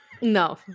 no